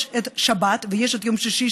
יש את שבת ויש את יום שישי,